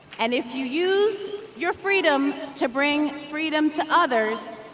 and if you use your freedom to bring freedom to others,